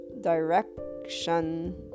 direction